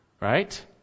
right